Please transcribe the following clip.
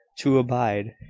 to abide,